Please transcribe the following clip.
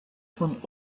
von